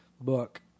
book